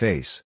Face